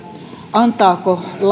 antaako